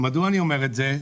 מדוע אני אומר את זה?